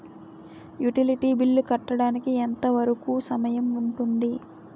Utility bill కట్టడానికి ఎంత వరుకు సమయం ఉంటుంది?